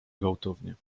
gwałtownie